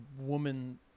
woman